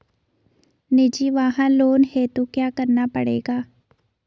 निजी वाहन लोन हेतु क्या करना पड़ेगा?